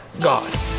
God